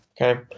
Okay